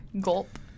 gulp